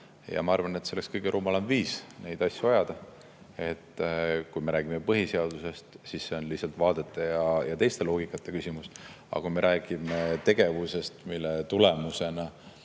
Ma arvan, et see oleks kõige rumalam viis neid asju ajada. Kui me räägime põhiseadusest, siis see on lihtsalt vaadete ja teiste loogikate küsimus, aga kui me räägime tegevusest, mille tulemusena